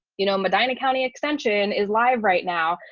you know, medina county extension is live right now.